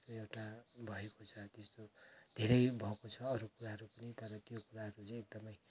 त्यस्तो एउटा भएको छ त्यस्तो धेरै भएको छ अरू कुराहरू पनि तर त्यो कुराहरू चाहिँ एकदमै